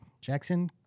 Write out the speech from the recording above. Jackson